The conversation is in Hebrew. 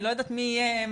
אני לא יודעת מי יהיה,